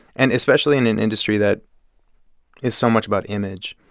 and especially in an industry that is so much about image,